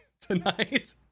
tonight